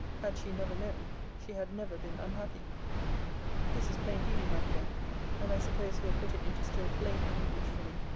had she never known, she had never been unhappy this is plain-dealing, my dear and i suppose he will put it into still plainer english for me.